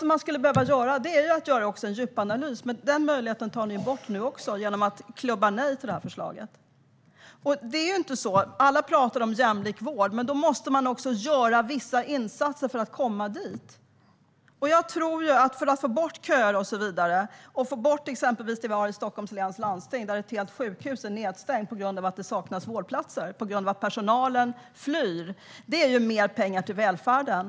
Man skulle också behöva göra en djupanalys, men den möjligheten tar ni bort genom att klubba nej till detta förslag. Alla talar om jämlik vård, men man måste också göra vissa insatser för att komma dit. För att få bort köer och det vi har i exempelvis Stockholms läns landsting, där ett helt sjukhus är nedstängt på grund av att det saknas vårdplatser och att personalen flyr, tror jag att det behövs mer pengar till välfärden.